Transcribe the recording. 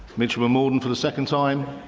mitcham and morden for the second time?